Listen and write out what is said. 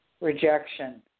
Rejection